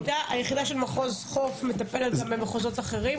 אז היחידה של מחוז חוף מטפלת גם במחוזות אחרים?